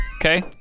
Okay